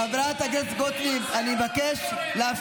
חברת הכנסת גוטליב, לאפשר.